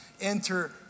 Enter